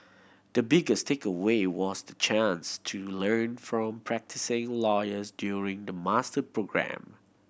the biggest takeaway was the chance to learn from practising lawyers during the master programme